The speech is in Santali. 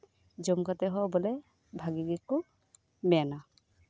ᱡᱚᱢ ᱠᱟᱛᱮᱫ ᱦᱚ ᱵᱚᱞᱮ ᱵᱷᱟᱜᱮ ᱜᱮᱠᱩ ᱢᱮᱱᱟ